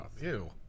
Ew